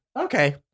Okay